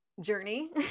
journey